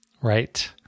Right